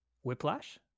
Whiplash